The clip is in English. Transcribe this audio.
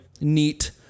neat